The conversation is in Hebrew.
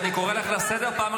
יש פה פיליבסטר.